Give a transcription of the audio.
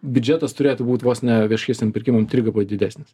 biudžetas turėtų būt vos ne viešiesiem pirkimam trigubai didesnis